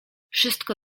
wszystko